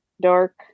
Dark